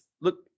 look